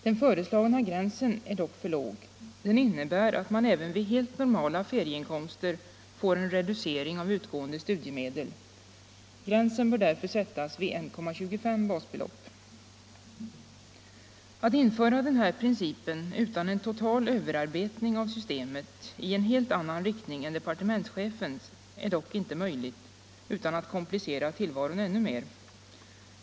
Den föreslagna gränsen är dock för låg; den innebär att man även vid helt normala ferieinkomster får en reducering av utgående studiemedel. Gränsen bör därför sättas vid 1,25 basbelopp. Att införa den här principen utan en total överarbetning av systemet i en helt annan riktning än departementschefens är dock inte möjligt utan att komplicera tillvaron ännu mer.